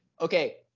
Okay